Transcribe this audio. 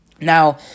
Now